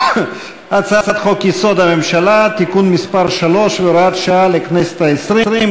הצעת חוק-יסוד: הממשלה (תיקון מס' 3 והוראת שעה לכנסת ה-20),